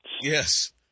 Yes